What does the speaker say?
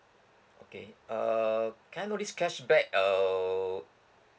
okay uh can I know this cashback uh